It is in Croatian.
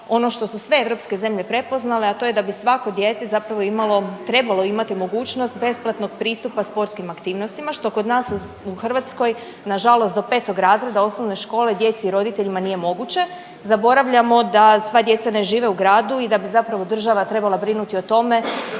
ono što su sve europske zemlje prepoznale, a to je da bi svako dijete zapravo imalo, trebalo imati mogućnost besplatnog pristupa sportskih aktivnostima, što kod nas u Hrvatskoj nažalost do 5. razreda osnovne škole djeci i roditeljima nije moguće, zaboravljamo da sva djeca ne žive u gradu i da bi zapravo država trebala brinuti o tome